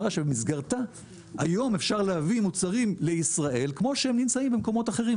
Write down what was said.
שבמסגרתה היום אפשר להביא מוצרים לישראל כמו שהם נמצאים במקומות אחרים,